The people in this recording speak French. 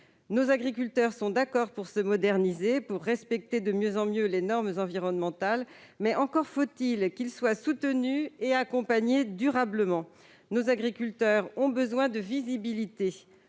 Nos agriculteurs sont d'accord pour se moderniser et mieux respecter chaque jour les normes environnementales. Encore faut-il qu'ils soient soutenus et accompagnés durablement ! Nos agriculteurs ont besoin de visibilité.